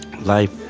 life